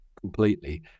completely